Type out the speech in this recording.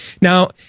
Now